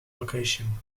location